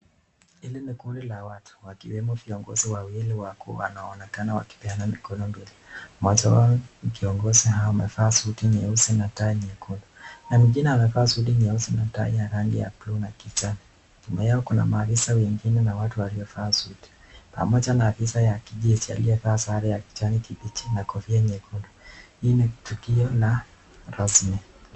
Hili ni kundi la watu wakiwemo viongozi wawili wakuu wanaonekana wakipeana mikono mbili. Mmoja wao ni kiongozi amevaa suti nyeusi na tai nyekundu na mwingine amevaa shati nyeusi na tai ya rangi ya buluu na kijani. Nyuma yao kuna maafisa na watu wamevaa suti pamoja na afisa ya kijeshi aliyevaa sare ya kijani kibichi na kofia nyekundu, hii ni tukio la rasmi.